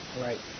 Right